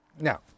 Now